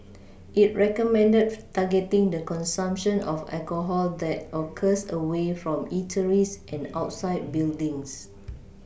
it recommended targeting the consumption of alcohol that occurs away from eateries and outside buildings